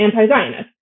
anti-Zionist